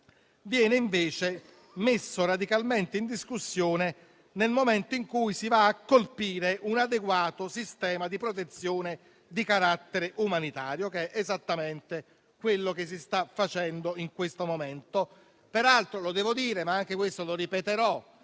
viene invece messo radicalmente in discussione nel momento in cui si va a colpire un adeguato sistema di protezione di carattere umanitario, che è esattamente quello che si sta facendo in questo momento, peraltro - lo devo dire, ma anche questo lo ripeterò